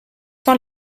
sans